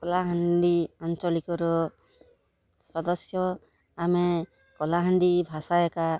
କଳାହାଣ୍ଡି ଆଞ୍ଚଳିକର ସଦସ୍ୟ ଆମେ କଳାହାଣ୍ଡି ଭାଷା ଏକା